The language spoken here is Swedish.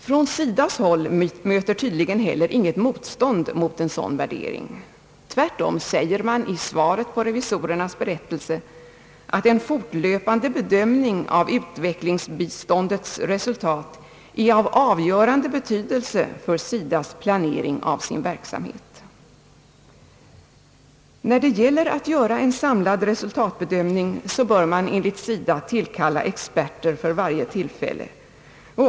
Från SIDA:s håll möter tydligen heller inget motstånd mot en sådan värdering. Tvärtom säger man i svaret på revisorernas berättelse att en fortlöpande bedömning av utvecklingsbiståndets resultat är av avgörande betydelse för SIDA:s planering av sin verksamhet. När det gäller att göra en samlad resultatbedömning bör man enligt SIDA tillkalla experter för varje tillfälle.